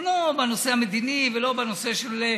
לא בנושא המדיני ולא בנושא של,